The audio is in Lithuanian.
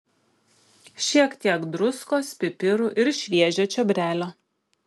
šiek tiek druskos pipirų ir šviežio čiobrelio